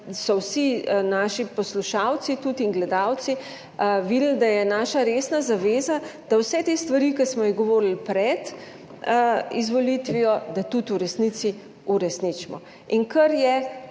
so vsi naši poslušalci in gledalci tudi videli, da je naša resna zaveza, da vse te stvari, ki smo jih govorili pred izvolitvijo, tudi v resnici uresničimo. Kar je